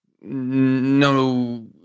no